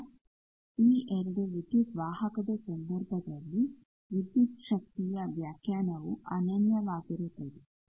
ಈಗ ಈ 2 ವಿದ್ಯುತ್ ವಾಹಕದ ಸಂದರ್ಭದಲ್ಲಿ ವಿದ್ಯುತ್ ಶಕ್ತಿಯ ವ್ಯಾಖ್ಯಾನವು ಅನನ್ಯವಾಗಿರುತ್ತದೆ